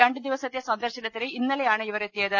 രണ്ടു ദിവസത്തെ സന്ദർശനത്തിന് ഇന്നലെയാണ് ഇവർ എത്തിയത്